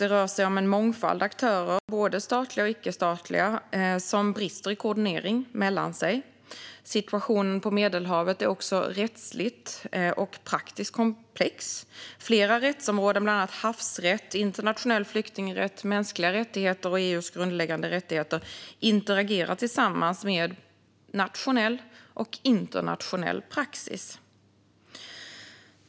Det rör sig om en mångfald aktörer, både statliga och icke-statliga, som brister i inbördes koordinering. Situationen på Medelhavet är också rättsligt och praktiskt komplex. Flera rättsområden, bland annat havsrätt, internationell flyktingrätt, mänskliga rättigheter och EU:s grundläggande rättigheter, interagerar med nationell och internationell praxis.